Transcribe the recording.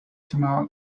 tomorrow